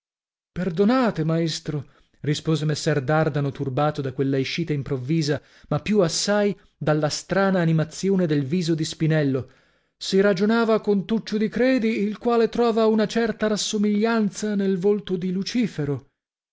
perdonate maestro rispose messer dardano turbato da quella escita improvvisa ma più assai dalla strana animazione del viso di spinello si ragionava con tuccio di credi il quale trova una certa rassomiglianza nel volto di lucifero